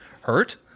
hurt